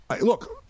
look